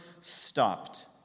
stopped